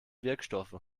wirkstoffe